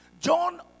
John